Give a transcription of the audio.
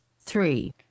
three